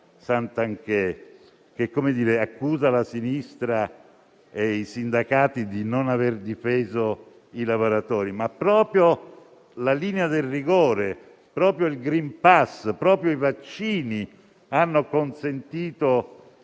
Santanchè, che accusa la Sinistra e i sindacati di non aver difeso i lavoratori. Eppure, proprio la linea del rigore, proprio il *green pass,* proprio i vaccini hanno consentito